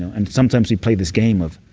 and sometimes we play this game of,